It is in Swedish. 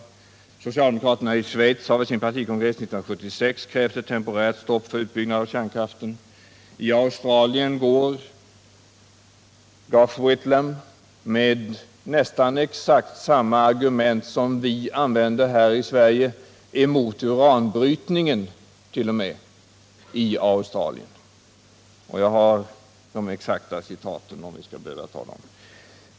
Slutligen har socialdemokraterna i Schweiz vid sin partikongress 1976 krävt ett temporärt stopp för utbyggnaden av kärnkraft, och i Australien går Gough Whitlam t.o.m. emot uranbrytningen — och han gör det med nästan samma argument som vi använder här i Sverige angående kärnkraften. Jag har de exakta citaten här, om vi skall behöva ta fram dem.